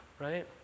right